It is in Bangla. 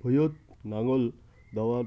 ভুঁইয়ত নাঙল দ্যাওয়ার